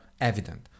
evident